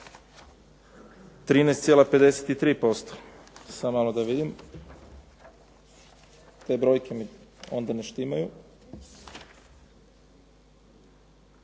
13,53%. Samo malo, da vidim, te brojke mi onda ne štimaju.